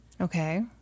Okay